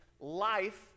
life